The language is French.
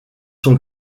son